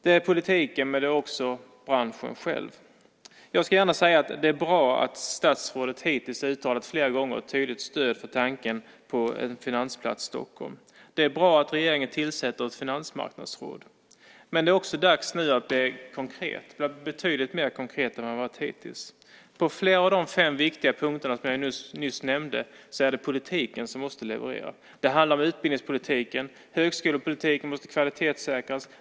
Det är politiken, men det är också branschen själv. Jag ska gärna säga att det är bra att statsrådet hittills flera gånger uttalat ett tydligt stöd för tanken på en finansplats Stockholm. Det är bra att regeringen tillsätter ett finansmarknadsråd. Men det är också dags nu att bli betydligt mer konkret än man har varit hittills. På flera av de fem viktiga punkter som jag nyss nämnde är det politiken som måste leverera. Det handlar om utbildningspolitiken. Högskolepolitiken måste kvalitetssäkras.